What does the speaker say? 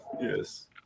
yes